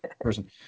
person